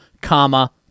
comma